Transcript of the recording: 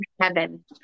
heaven